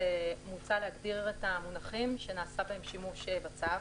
תסבירי לנו בכל זאת,